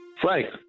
Frank